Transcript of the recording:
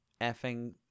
Effing